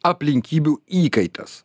aplinkybių įkaitas